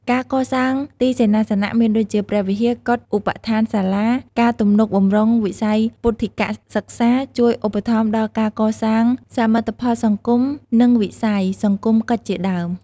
ការកសាងទីសេនាសនៈមានដូចជា ព្រះវិហារ កុដិ ឧបដ្ឋានសាលា ការទំនុកបម្រុងវិស័យពុទ្ធិកសិក្សា ជួយឧបត្ថម្ភដល់ការកសាងសមិទ្ធផលសង្គម និងវិស័យ សង្គមកិច្ចជាដើម។